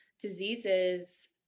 diseases